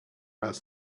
has